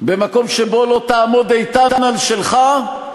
במקום שבו לא תעמוד איתן על שלך,